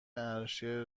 عرشه